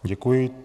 Děkuji.